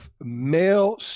male